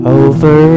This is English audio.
over